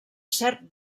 cert